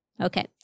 Okay